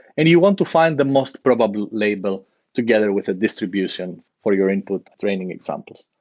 and you want to find the most probable label together with a distribution for your input training examples.